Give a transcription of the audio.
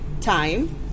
time